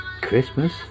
Christmas